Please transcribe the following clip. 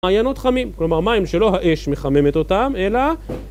מעיינות חמים, כלומר מים שלא האש מחממת אותם אלא